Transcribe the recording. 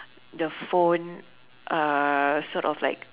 the phone err sort of like